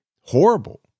horrible